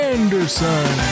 Anderson